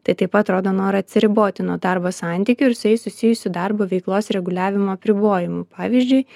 tai taip pat rodo norą atsiriboti nuo darbo santykių ir su jais susijusių darbo veiklos reguliavimo apribojimų pavyzdžiui